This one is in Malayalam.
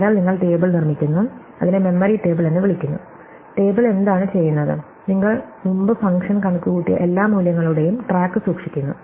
അതിനാൽ നിങ്ങൾ ടേബിൾ നിർമ്മിക്കുന്നു അതിനെ മെമ്മറി ടേബിൾ എന്നു വിളിക്കുന്നു ടേബിൾ എന്താണ് ചെയ്യുന്നത് നിങ്ങൾ മുമ്പ് ഫംഗ്ഷൻ കണക്കുകൂട്ടിയ എല്ലാ മൂല്യങ്ങളുടെയും ട്രാക്ക് സൂക്ഷിക്കുന്നു